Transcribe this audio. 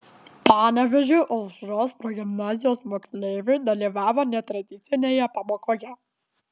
panevėžio aušros progimnazijos moksleiviai dalyvavo netradicinėje pamokoje